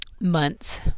months